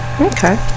okay